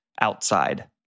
outside